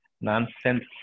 Nonsense